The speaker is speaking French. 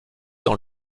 dans